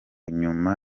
nyuma